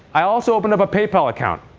i also opened up a paypal account.